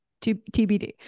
TBD